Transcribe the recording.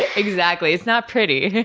ah exactly, it's not pretty.